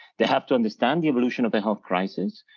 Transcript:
they have to understand the evolution of the health crisis,